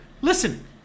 Listen